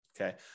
okay